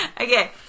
Okay